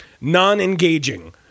non-engaging